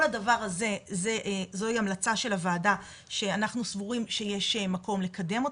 כל הדבר הזה זוהי המלצה של הוועדה שאנחנו סבורים שיש מקום לקדם אותה.